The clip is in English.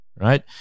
right